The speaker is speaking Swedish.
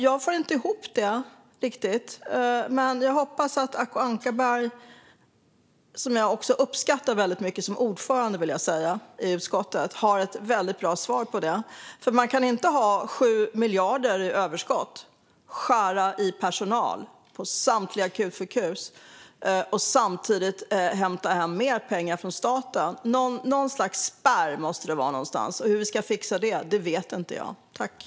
Jag får inte ihop detta riktigt, men jag hoppas att Acko Ankarberg Johansson, som jag uppskattar mycket som ordförande i utskottet, har ett väldigt bra svar. Man kan inte ha 7 miljarder i överskott och skära ned på personalen på samtliga akutsjukhus samtidigt som man hämtar hem mer pengar från staten. Något slags spärr måste det vara någonstans, och hur vi ska fixa det vet jag inte.